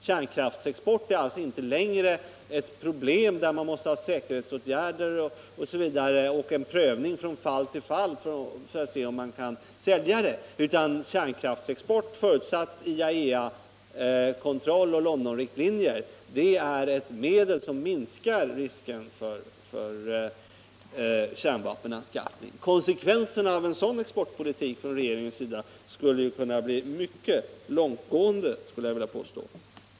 Kärnkraftsexport är inte längre ett problem som kräver säkerhetsåtgärder och en prövning från fall till fall, utan är — under förutsättning av IAEA-kontroll och Londonriktlinjer — ett medel som minskar risken för kärnvapenanskaffning. Jag skulle vilja påstå att konsekvenserna av en sådan exportpolitik från regeringens sida skulle kunna bli mycket långtgående.